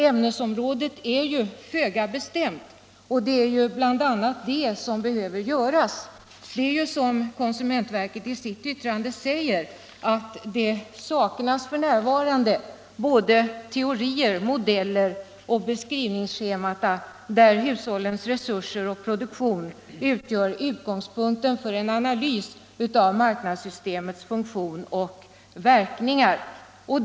Ämnesområdet är föga bestämt, och det är bl.a. en sådan bestämning som behöver göras. Det saknas, som konsumentverket i sitt yttrande säger, f. n. teorier, modeller och beskrivningsschemata där hushållens resurser och produktion utgör utgångspunkten för en analys av marknadssystemets funktion och verkningar.